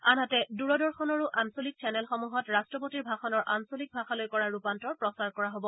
আনহাতে দূৰদৰ্শনৰো আঞ্চলিক চেনেলসমূহত ৰাট্টপতিৰ ভাষণৰ আঞ্চলিক ভাষালৈ কৰা ৰূপান্তৰ প্ৰচাৰ কৰা হব